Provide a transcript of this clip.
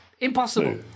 impossible